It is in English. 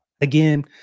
again